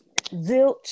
Zilch